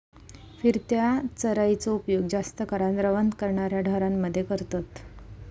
फिरत्या चराइचो उपयोग जास्त करान रवंथ करणाऱ्या ढोरांमध्ये करतत